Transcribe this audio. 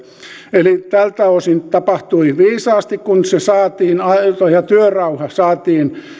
eli tältä osin tapahtui viisaasti kun se saatiin ja työrauha saatiin